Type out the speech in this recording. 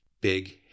Big